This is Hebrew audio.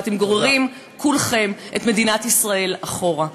ואתם גוררים כולכם את מדינת ישראל אחורה.